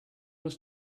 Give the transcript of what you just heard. was